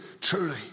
truly